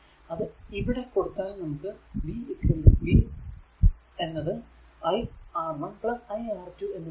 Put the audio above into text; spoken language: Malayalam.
അത് ഇവിടെ കൊടുത്താൽ നമുക്ക് v എന്നത് iR1 iR2 എന്ന് കിട്ടും